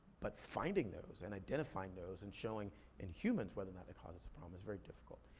but finding those, and identifying those, and showing in humans whether or not it causes a problem is very difficult.